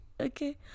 Okay